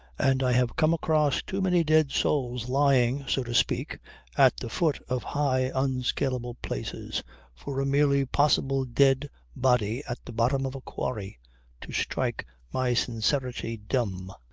and i have come across too many dead souls lying so to speak at the foot of high unscaleable places for a merely possible dead body at the bottom of a quarry to strike my sincerity dumb.